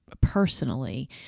personally